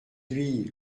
lui